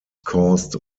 caused